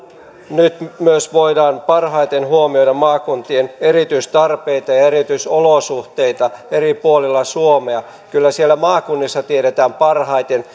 nyt myös voidaan parhaiten huomioida maakuntien erityistarpeita ja ja erityisolosuhteita eri puolilla suomea kyllä siellä maakunnissa tiedetään parhaiten